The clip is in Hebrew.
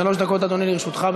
שלוש דקות, אדוני, לרשותך.